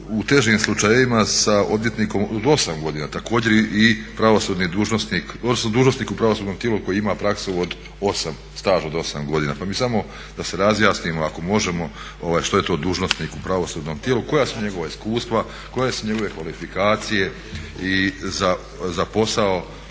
u težim slučajevima sa odvjetnikom od osam godina, također i dužnosnik u pravosudnom tijelu koji ima praksu, staž od osam godina. Pa mi samo da si razjasnimo ako možemo što je to dužnosnik u pravosudnom tijelu, koja su njegova iskustva, koje su njegove kvalifikacije i za posao